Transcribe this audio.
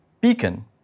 Beacon